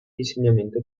insegnamento